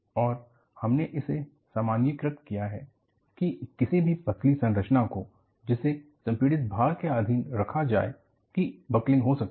और हमने इसे सामान्यीकृत किया है कि किसी भी पतली संरचना को जिसे संपीड़ित भार के अधीन रखा जाए की बकलिंग हो सकती है